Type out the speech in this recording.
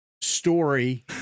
story